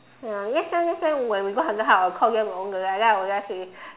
ya next time next time when we go haunted house I will call them over then I will just say